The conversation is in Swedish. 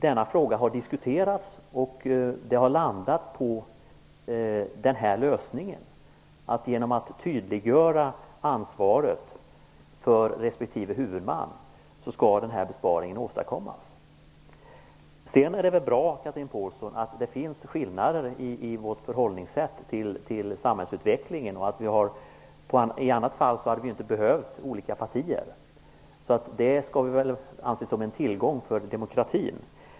Denna fråga har ju diskuterats. Man har då landat på här aktuella lösning. Genom att tydliggöra ansvaret för respektive huvudman skall nämnda besparing åstadkommas. Sedan är det väl bra, Chatrine Pålsson, att det finns skillnader i vårt förhållningssätt till samhällsutvecklingen. I annat fall hade vi inte behövt olika partier, så det skall vi väl anse som en tillgång för demokratin.